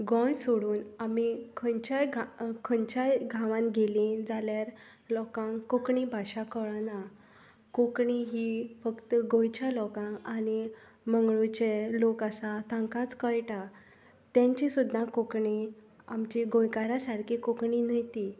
गोंय सोडून आमी खंयच्याय गां खंन्चाय गांवान गेलीं जाल्यार लोकांक कोंकणी भाशा कळना कोंकणी ही फक्त गोंयच्या लोकांक आनी मंगळुरचे लोक आसा तांकांच कळटा तेंची सुद्दा कोंकणी आमचे गोंयकारा सारके कोंकणी न्हय ती